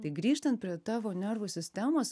tai grįžtant prie tavo nervų sistemos